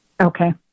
Okay